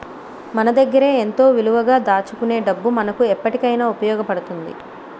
మన దగ్గరే ఎంతో విలువగా దాచుకునే డబ్బు మనకు ఎప్పటికైన ఉపయోగపడుతుంది